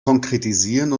konkretisieren